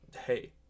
hey